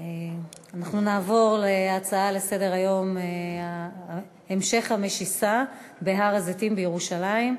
אנחנו נעבור להצעה לסדר-היום: המשך המשיסה בהר-הזיתים בירושלים,